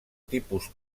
tipus